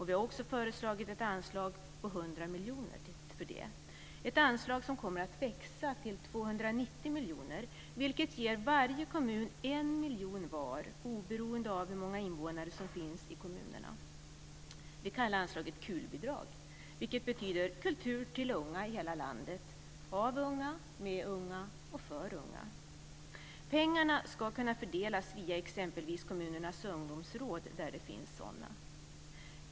Vi har också föreslagit ett anslag på 100 miljoner för det, ett anslag som kommer att växa till 290 miljoner, vilket ger varje kommun en miljon var, oberoende av hur många invånare som finns i kommunerna. Vi kallar anslaget KUL bidrag, vilket betyder kultur till unga i hela landet - av unga, med unga och för unga. Pengarna ska kunna fördelas via exempelvis kommunernas ungdomsråd där det finns sådana.